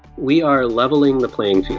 we are leveling the playing field